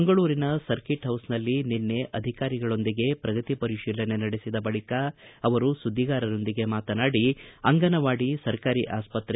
ಮಂಗಳೂರಿನ ಸರ್ಕೀಟ್ ಹೌಸ್ನಲ್ಲಿ ನಿನ್ನೆ ಅಧಿಕಾರಿಗಳೊಂದಿಗೆ ಪ್ರಗತಿ ಪರಿಶೀಲನೆ ನಡೆಸಿದ ಬಳಿಕ ಅವರು ಸುದ್ದಿಗಾರರೊಂದಿಗೆ ಮಾತನಾಡಿ ಅಂಗನವಾಡಿ ಸರಕಾರಿ ಆಸ್ಪತ್ರೆ